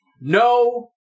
No